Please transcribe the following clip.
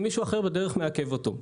כי מישהו אחר בדרך מעכב אותו.